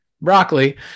Broccoli